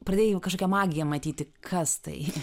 pradėjai jau kažkokią magiją matyti kas tai